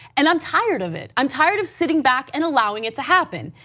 and i'm tired of it. i'm tired of sitting back and allowing it to happen.